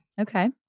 Okay